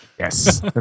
Yes